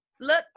look